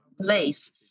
place